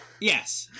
yes